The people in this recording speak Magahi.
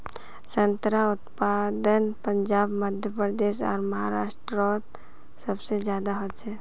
संत्रार उत्पादन पंजाब मध्य प्रदेश आर महाराष्टरोत सबसे ज्यादा होचे